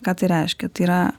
ką tai reiškia tai yra